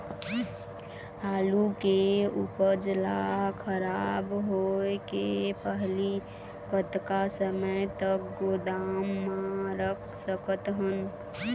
आलू के उपज ला खराब होय के पहली कतका समय तक गोदाम म रख सकत हन?